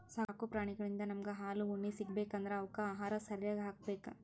ಸಾಕು ಪ್ರಾಣಿಳಿಂದ್ ನಮ್ಗ್ ಹಾಲ್ ಉಣ್ಣಿ ಸಿಗ್ಬೇಕ್ ಅಂದ್ರ ಅವಕ್ಕ್ ಆಹಾರ ಸರ್ಯಾಗ್ ಹಾಕ್ಬೇಕ್